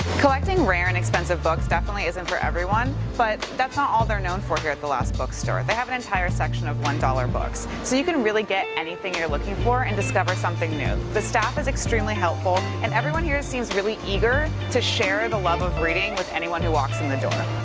collecting rare and expensive books definitely isn't for everyone, but that's not all they're known for here at the last bookstore. they have an entire section of one dollars books, so you can really get anything you're looking for and discover something new. the staff is extremely helpful, and everyone here seems really eager to share the love of reading with anyone who walks in the door.